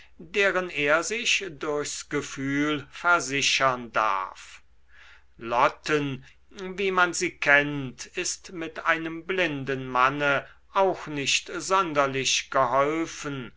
deren er sich durchs gefühl versichern darf lotten wie man sie kennt ist mit einem blinden manne auch nicht sonderlich geholfen